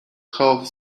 half